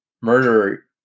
murder